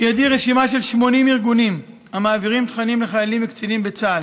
יש לי רשימה של 80 ארגונים המעבירים תכנים לחיילים ולקצינים בצה"ל,